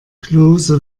klose